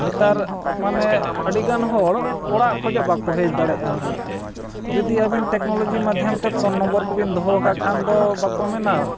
ᱱᱮᱛᱟᱨ ᱢᱟᱱᱮ ᱟᱹᱰᱤ ᱜᱟᱱ ᱦᱚᱲ ᱚᱲᱟᱜ ᱠᱷᱚᱱᱟᱜ ᱵᱟᱠᱚ ᱦᱮᱡ ᱫᱟᱲᱮᱭᱟᱜᱼᱟ ᱡᱩᱫᱤ ᱟᱹᱵᱤᱱ ᱴᱮᱠᱱᱳᱞᱚᱡᱤ ᱢᱟᱫᱽᱫᱷᱚᱢ ᱛᱮ ᱯᱷᱳᱱ ᱱᱟᱢᱵᱟᱨ ᱠᱚᱵᱤᱱ ᱫᱚᱦᱚ ᱟᱠᱟᱫ ᱠᱷᱟᱱ ᱫᱚ ᱵᱟᱠᱚ ᱢᱮᱱᱟ